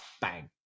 bang